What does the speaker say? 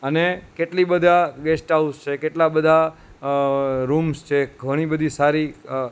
અને કેટલી બધા ગેસ્ટ હાઉસ છે કેટલા બધા રૂમ્સ છે ઘણી બધી સારી